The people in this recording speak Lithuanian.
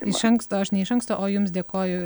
iš anksto aš ne iš anksto o jums dėkoju